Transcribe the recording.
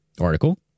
article